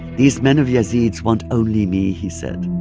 these men of yazid's want only me, he said.